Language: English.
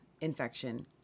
infection